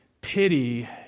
pity